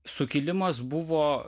sukilimas buvo